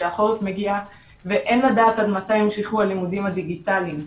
כשהחורף מגיע ואין לדעת עד מתי ימשיכו הלימודים הדיגיטליים,